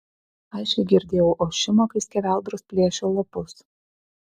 aiškiai girdėjau ošimą kai skeveldros plėšė lapus